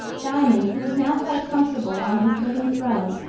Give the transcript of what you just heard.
diamond, who was now quite comfortable on his living throne,